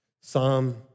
Psalm